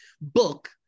book